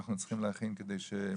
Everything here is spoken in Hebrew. אנחנו צריכים להכין כדי,